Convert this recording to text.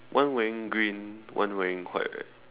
one wearing green one wearing white right